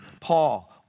Paul